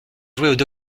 jouer